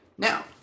Now